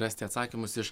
rasti atsakymus iš